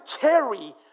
carry